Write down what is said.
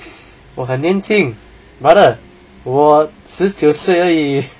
我还年轻 brother 我十九岁而已